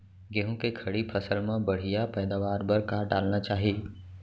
गेहूँ के खड़ी फसल मा बढ़िया पैदावार बर का डालना चाही?